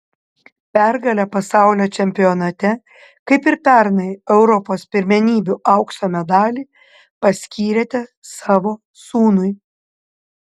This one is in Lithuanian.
pergalę pasaulio čempionate kaip ir pernai europos pirmenybių aukso medalį paskyrėte savo sūnui